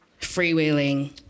freewheeling